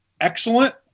excellent